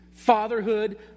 Fatherhood